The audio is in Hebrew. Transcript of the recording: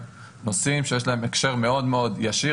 נושאים שיש להם הקשר מאוד מאוד ישיר